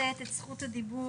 להיזהר.